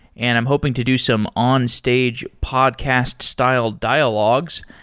and i'm hoping to do some on-stage podcast-style dialogues.